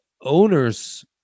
owners